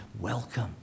welcome